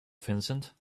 vincent